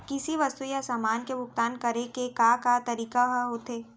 किसी वस्तु या समान के भुगतान करे के का का तरीका ह होथे?